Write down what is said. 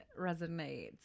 resonates